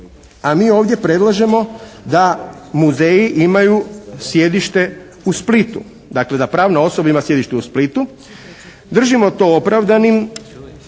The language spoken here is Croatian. A mi ovdje predlažemo da muzeji imaju sjedište u Splitu, dakle pravna osoba ima sjedište u Splitu. Držimo to opravdanim